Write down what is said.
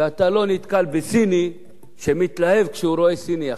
ואתה לא נתקל בסיני שמתלהב כשהוא רואה סיני אחר.